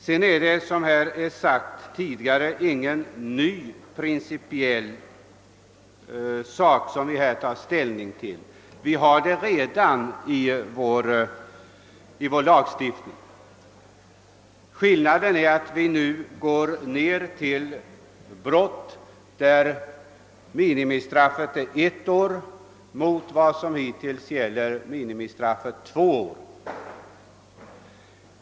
Som också tidigare har framhållits är det ingen ny principiell fråga som vi här har att besluta om. Vi har redan bestämmelser om telefonavlyssning i vår lagstiftning. Skillnaden är att vi nu går ned till brott, där minimistraffet är ett år, mot det hittills gällande minimistraffet av två år.